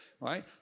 right